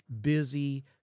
busy